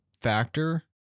factor